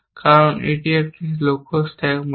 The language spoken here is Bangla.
কারণ এটি এখন একটি লক্ষ্য স্ট্যাক মূলত